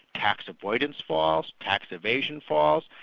tax avoidance falls, tax evasion falls,